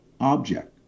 object